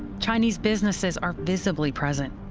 chinese businesses are visibly present,